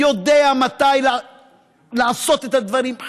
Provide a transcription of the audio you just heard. יודע מתי לעשות את הדברים,